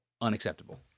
Unacceptable